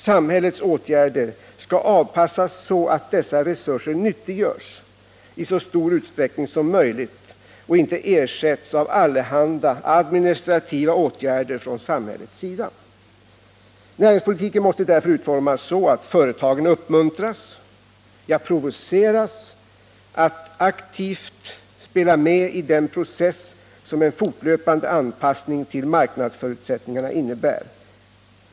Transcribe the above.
Samhällets åtgärder skall avpassas så att dessa resurser nyttiggörs i så stor utsträckning som möjligt — åtgärderna skall inte ersättas av allehanda administrativa åtgärder från samhällets sida. Näringspolitiken måste därför utformas så att företagen uppmuntras, ja, provoceras att aktivt spela med i den process som en fortlöpande anpassning till marknadsförutsättningarna innebär.